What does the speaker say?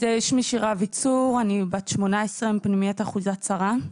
שמי שירה אביצור, אני בת 18 מפנימיית אחוזת שרה.